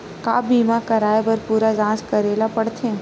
का बीमा कराए बर पूरा जांच करेला पड़थे?